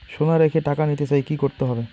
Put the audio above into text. সোনা রেখে টাকা নিতে চাই কি করতে হবে?